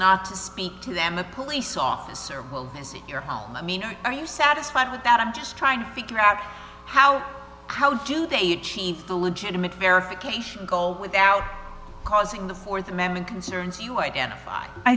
not to speak to them a police officer will visit your home i mean are you satisfied with that i'm just trying to figure out how how do they achieve the legitimate verification goal without causing the th amendment concerns you identif